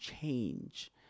change